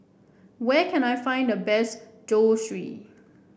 where can I find the best Zosui